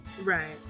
right